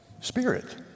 Spirit